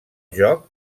joc